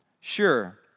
Sure